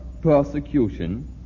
persecution